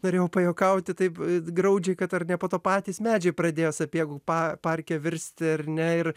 norėjau pajuokauti taip graudžiai kad ar ne po to patys medžiai pradėjo sapiegų pa parke virsti ar ne ir